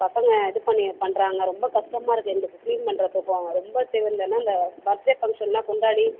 பசங்க இது பண்ணி பண்ணுறாங்க ரொம்ப கஷ்டமாக இருக்கு எங்களுக்கு க்ளீன் பண்ணுறதுக்கும் ரொம்ப செய்யறதுனா இந்த பர்த்டே ஃபங்க்ஷன் எல்லாம் கொண்டாடி